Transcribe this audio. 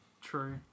True